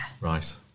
Right